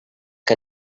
que